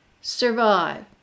survive